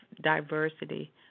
diversity